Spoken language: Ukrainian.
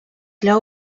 для